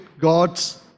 god's